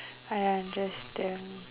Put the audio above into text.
I understand